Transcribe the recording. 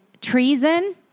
treason